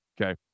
okay